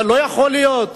אבל לא יכול להיות